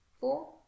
Four